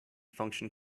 function